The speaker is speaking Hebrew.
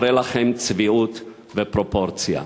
הרי לכם צביעות ופרופורציה.